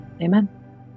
Amen